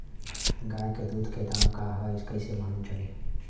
गाय के दूध के दाम का ह कइसे मालूम चली?